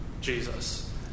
Jesus